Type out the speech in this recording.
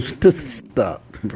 Stop